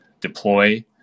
deploy